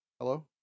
Hello